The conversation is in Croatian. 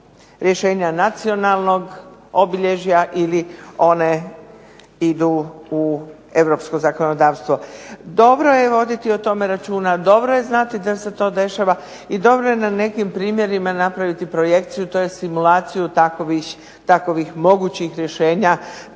rješenja nacionalnog obilježja ili one idu u europsko zakonodavstvo. Dobro je voditi o tome računa, dobro je znati da se to dešava i dobro je na nekim primjerima napraviti projekciju tj. simulaciju takvih mogućih rješenja